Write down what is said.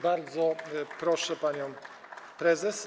Bardzo proszę panią prezes.